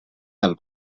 del